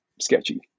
sketchy